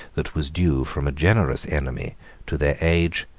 that was due from a generous enemy to their age,